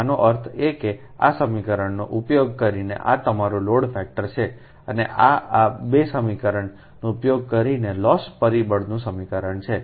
આનો અર્થ એ કે આ સમીકરણનો ઉપયોગ કરીને આ તમારું લોડ ફેક્ટર છે અને આ આ 2 સમીકરણનો ઉપયોગ કરીને લોસ પરિબળોનું સમીકરણ છે